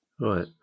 Right